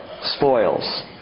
spoils